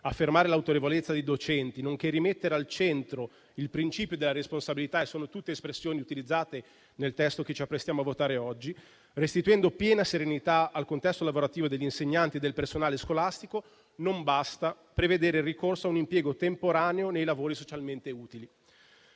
affermare l'autorevolezza dei docenti, nonché rimettere al centro il principio della responsabilità (sono tutte espressioni utilizzate nel testo che ci apprestiamo a votare oggi), restituendo piena serenità al contesto lavorativo degli insegnanti e del personale scolastico, non basta prevedere il ricorso a un impiego temporaneo nei lavori socialmente utili.